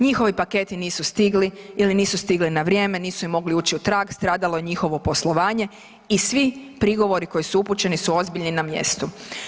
Njihovi paketi nisu stigli ili nisu stigli nisu na vrijeme, nisu im mogli ući u trag, stradalo je njihovo poslovanje i svi prigovori koji su upućeni su ozbiljni i na mjestu.